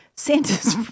Santa's